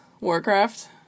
Warcraft